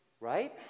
right